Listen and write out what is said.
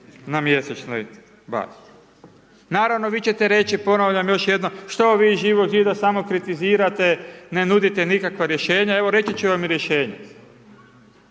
na mjesečnoj bazi. Naravno, vi će te reći, ponavljam još jednom, što vi iz Živog zida samo kritizirate, ne nudite nikakva rješenja, evo reći ću vam rješenje.